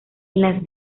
las